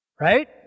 right